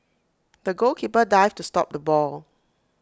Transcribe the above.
the goalkeeper dived to stop the ball